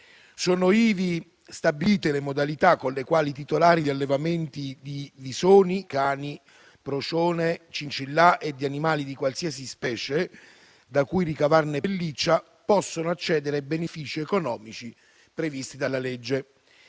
sono ivi stabilite le modalità con le quali i titolari di allevamenti di visoni, cani procione, cincillà e di animali di qualsiasi specie, da cui ricavarne pelliccia, possono accedere ai benefici economici previsti dalla legge.